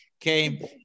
came